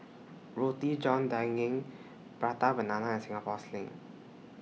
Roti John Daging Prata Banana and Singapore Sling